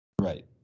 Right